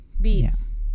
Beats